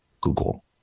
Google